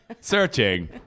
searching